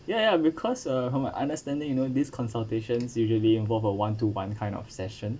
ya ya because uh from my understanding you know these consultations usually involve of one to one kind of session